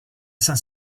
saint